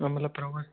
आम्हाला प्रवास